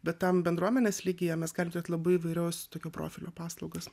bet tam bendruomenės lygyje mes galim turėt labai įvairios tokio profilio paslaugas